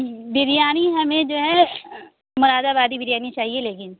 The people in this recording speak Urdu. بریانی ہمیں جو ہے مراد آبادی بریانی چاہیے لیکن